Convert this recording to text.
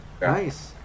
Nice